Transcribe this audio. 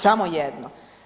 Samo jedno.